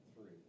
three